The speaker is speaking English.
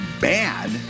bad